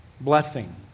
blessing